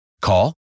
Call